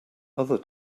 other